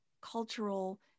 cultural